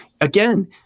again